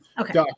Okay